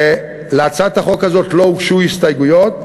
להצעת החוק הזאת לא הוגשו הסתייגויות,